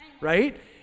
right